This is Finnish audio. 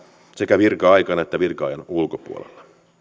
sekä virka aikana että virka ajan ulkopuolella